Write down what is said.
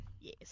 Yes